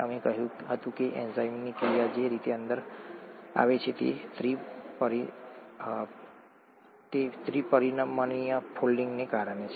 અમે કહ્યું હતું કે એન્ઝાઇમની ક્રિયા જે રીતે અંદર આવે છે તે ત્રિ પરિમાણીય ફોલ્ડિંગને કારણે છે